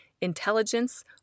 intelligence